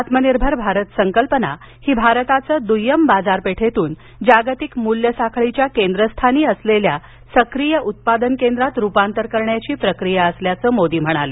आत्मनिर्भर भारत संकल्पना ही भारताचं द्य्यम बाजारपेठेतून जागतिक मूल्य साखळीच्या केंद्रस्थानी असलेल्या सक्रीय उत्पादन केंद्रात रुपांतर करण्याची प्रक्रिया असल्याचं मोदी म्हणाले